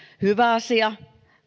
hyvä asia